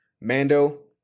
Mando